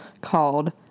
called